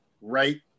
right